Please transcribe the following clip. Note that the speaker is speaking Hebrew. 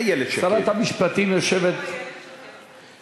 איילת, שרת המשפטים, יושבת, איפה איילת שקד?